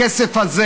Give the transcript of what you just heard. הכסף הזה,